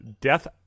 Death